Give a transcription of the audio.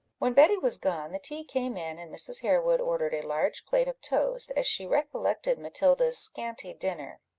when betty was gone, the tea came in, and mrs. harewood ordered a large plate of toast, as she recollected matilda's scanty dinner.